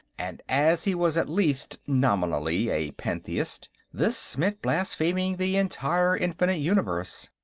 and, as he was at least nominally a pantheist, this meant blaspheming the entire infinite universe.